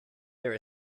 there